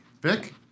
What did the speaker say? Vic